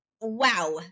wow